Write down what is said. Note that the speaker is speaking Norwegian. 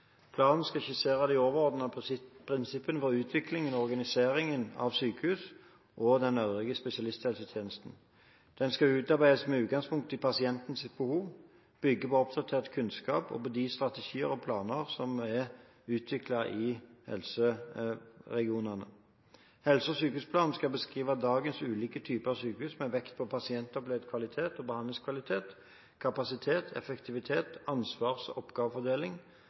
Planen skal skissere de overordnede prinsipper for utvikling og organisering av sykehus og øvrige spesialisthelsetjenester. Den skal utarbeides med utgangspunkt i pasientens behov, bygge på oppdatert kunnskap og på de strategier og planer som er utviklet i helseregionene. Helse- og sykehusplanen skal beskrive dagens ulike typer sykehus med vekt på pasientopplevd kvalitet og behandlingskvalitet, kapasitet, effektivitet, ansvars- og oppgavefordeling,